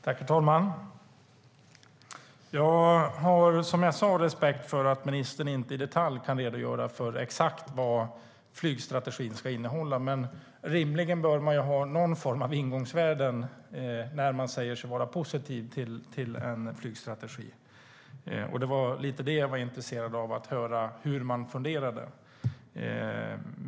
Herr talman! Som jag sade har jag respekt för att ministern inte i detalj exakt kan redogöra för vad flygstrategin ska innehålla. Men rimligen bör man ha någon form av ingångsvärden när man säger sig vara positiv till en flygstrategi. Jag var intresserad av att höra vad man har för funderingar.